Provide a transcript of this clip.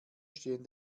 stehen